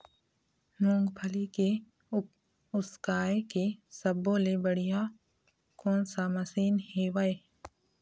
मूंगफली के उसकाय के सब्बो ले बढ़िया कोन सा मशीन हेवय?